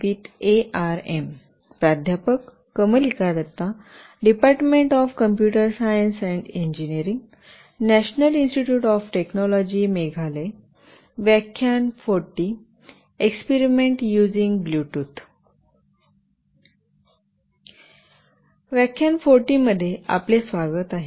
व्याख्यान 40 मध्ये आपले स्वागत आहे